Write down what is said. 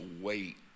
wait